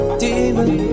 demon